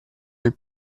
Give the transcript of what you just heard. nel